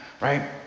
right